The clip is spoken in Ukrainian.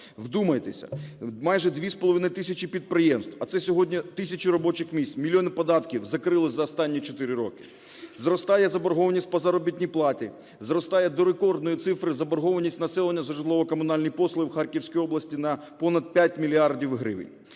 Вдумайтеся, майже 2,5 тисячі підприємств, а це сьогодні тисячі робочих місць, мільйони податків, закрили за останні 4 роки. Зростає заборгованість по заробітній платі. Зростає до рекордної цифри заборгованість населення за житлово-комунальні послуги в Харківській області на понад 5 мільярдів гривень.